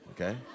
okay